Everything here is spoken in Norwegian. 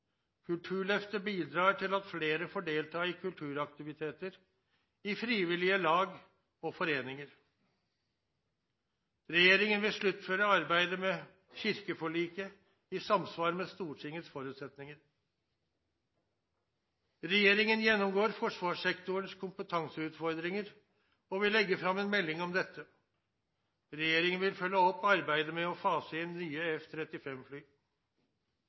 Kulturløftet bidrar til at flere får delta i kulturaktiviteter, i frivillige lag og foreninger. Regjeringen vil sluttføre arbeidet med kirkeforliket i samsvar med Stortingets forutsetninger. Regjeringen gjennomgår forsvarssektorens kompetanseutfordringer og vil legge fram en melding om dette. Regjeringen vil følge opp arbeidet med å fase inn nye